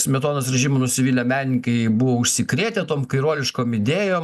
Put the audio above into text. smetonos režimu nusivylę menininkai buvo užsikrėtę tom kairuoliškom idėjom